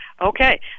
Okay